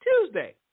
Tuesday